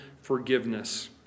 forgiveness